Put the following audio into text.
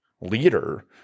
leader